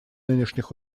нынешних